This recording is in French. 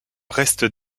reste